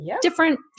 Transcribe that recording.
Different